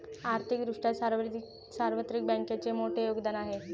आर्थिक दृष्ट्या सार्वत्रिक बँकांचे मोठे योगदान आहे